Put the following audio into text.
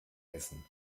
essen